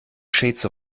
shades